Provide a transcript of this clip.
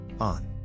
on